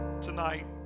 tonight